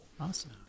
Awesome